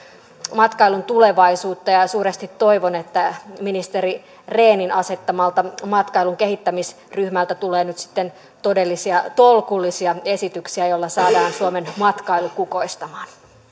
matkailun tulevaisuutta ja ja suuresti toivon että ministeri rehnin asettamalta matkailun kehittämisryhmältä tulee nyt sitten todellisia tolkullisia esityksiä joilla saadaan suomen matkailu kukoistamaan